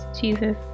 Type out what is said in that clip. Jesus